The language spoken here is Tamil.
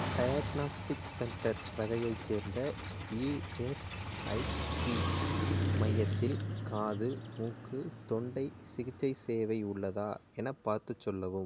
டயக்னாஸ்டிக்ஸ் சென்டர் வகையைச் சேர்ந்த இஎஸ்ஐசி மையத்தில் காது மூக்கு தொண்டை சிகிச்சை சேவை உள்ளதா எனப் பார்த்துச் சொல்லவும்